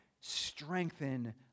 strengthen